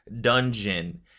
dungeon